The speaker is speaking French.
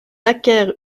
acquiert